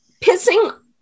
pissing